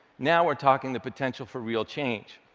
now we're talking the potential for real change.